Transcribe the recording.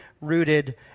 rooted